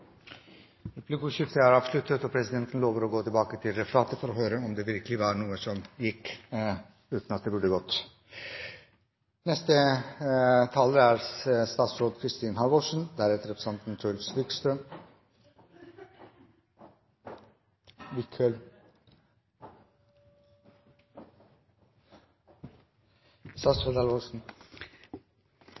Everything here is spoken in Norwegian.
Replikkordskiftet er avsluttet. Presidenten lover å gå tilbake til referatet for å høre om det virkelig var noe som gikk igjennom uten at det burde gått. Jeg satt og tenkte at her holdes det mange gode innlegg. Det er